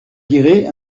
dirait